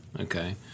Okay